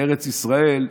לארץ ישראל,